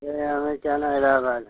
ये हमें क्या है न इलाहाबाद